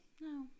no